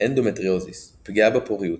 "אנדומטריוזיס פגיעה בפוריות",